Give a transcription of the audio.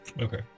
Okay